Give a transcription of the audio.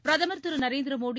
பிரதமர் திரு நரேந்திர மோடி